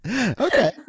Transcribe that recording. Okay